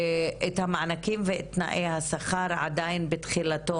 המענקים ותנאי השכר עדיין בתחילתו.